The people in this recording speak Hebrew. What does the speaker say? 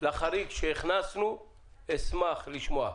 להחריג שהכנסנו, אשמח לשמוע.